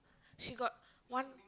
she got one